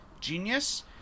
genius